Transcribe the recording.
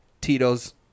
tito's